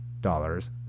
dollars